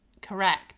Correct